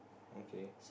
okay